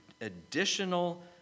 additional